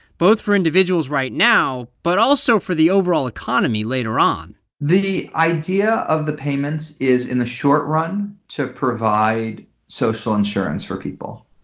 both for individuals right now, but also for the overall economy later later on the idea of the payments is, in the short run, to provide social insurance for people.